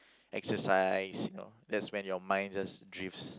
exercise you know that's when your mind just drifts